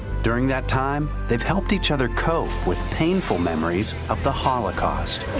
during that time, they've helped each other cope with painful memories of the holocaust.